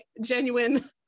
genuine